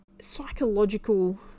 psychological